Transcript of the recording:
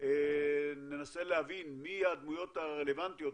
ננסה להבין מי הדמויות הרלוונטיות,